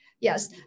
Yes